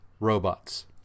robots